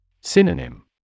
Synonym